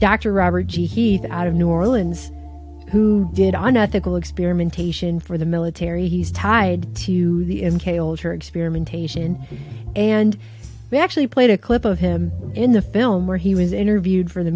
dr robert g heath out of new orleans who did on ethical experimentation for the military he's tied to the m k older experimentation and they actually played a clip of him in the film where he was interviewed for the